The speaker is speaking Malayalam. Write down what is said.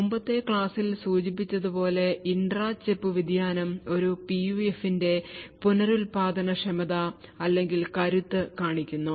മുമ്പത്തെ ക്ലാസ്സിൽ സൂചിപ്പിച്ചതുപോലെ ഇൻട്രാ ചിപ്പ് വ്യതിയാനം ഒരു PUF ന്റെ പുനരുൽപാദനക്ഷമത അല്ലെങ്കിൽ കരുത്ത് കാണിക്കുന്നു